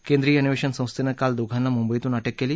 केंद्रीय अन्वेषण संस्थेनं काल दोघांना मुंबईतून अटक केली